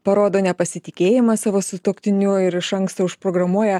parodo nepasitikėjimą savo sutuoktiniu ir iš anksto užprogramuoja